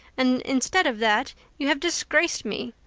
and instead of that you have disgraced me.